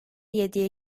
yediye